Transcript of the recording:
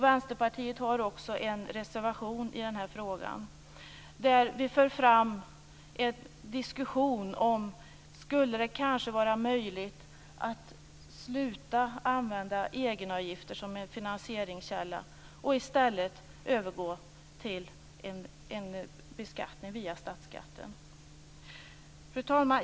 Vänsterpartiet har också en reservation i den här frågan där vi för en diskussion om huruvida det skulle vara möjligt att sluta använda egenavgifter som finansieringskälla och i stället övergå till beskattning via statsskatten. Fru talman!